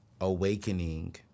awakening